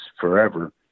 forever